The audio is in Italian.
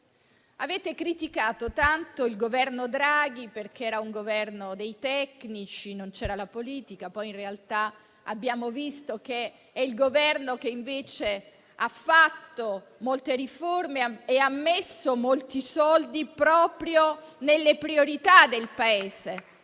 Avete criticato tanto il Governo Draghi, perché era un Governo dei tecnici e non c'era la politica, ma poi in realtà abbiamo visto che quel Governo ha fatto tante riforme e ha messo molti soldi proprio per le priorità del Paese.